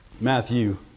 Matthew